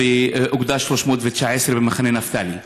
באוגדה 319 במחנה נפתלי.